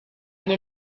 gli